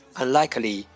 unlikely